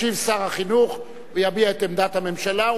ישיב שר החינוך ויביע את עמדת הממשלה,